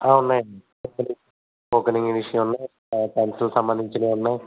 ఉన్నాయి అండి స్పోకెన్ ఇంగ్లీష్వి ఉన్నాయి సైన్సుకి సంబంధించినవి ఉన్నాయి